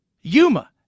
Yuma